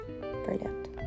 brilliant